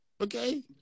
okay